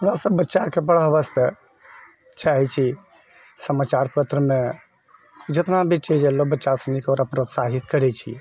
हमरा सब बच्चाकेँ पढ़ऽ वास्ते चाहै छी समाचार पत्रमे जितना भी देलो छै बच्चा सुनीकऽ ओकरासँ प्रोत्साहित करै छी